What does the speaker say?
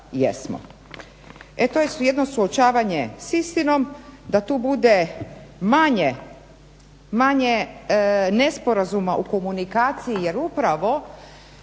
E to je jedno suočavanje sa istinom da tu bude manje nesporazuma u komunikaciji, jer upravo